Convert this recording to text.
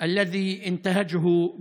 להלן תרגומם: